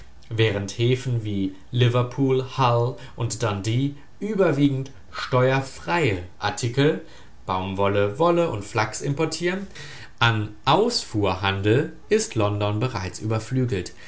während häfen wie liverpool hull und dundee überwiegend steuerfreie artikel baumwolle wolle und flachs importieren an ausfuhr handelist london bereits überflügelt